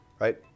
right